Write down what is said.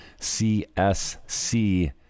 CSC